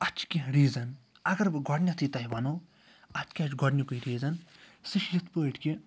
اَتھ چھِ کینٛہہ ریٖزَن اگر بہٕ گۄڈٕنٮ۪تھٕے تۄہہِ وَنو اتھ کیٛاہ چھُ گۄڈنیُکُے ریٖزَن سُہ چھُ یِتھ پٲٹھۍ کہِ